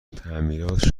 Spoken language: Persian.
تعمیرات